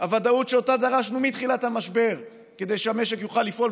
הוודאות שאותה דרשנו מתחילת המשבר כדי שהמשק יוכל לפעול.